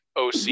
OC